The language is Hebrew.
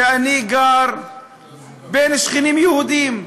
שאני גר בין שכנים יהודים,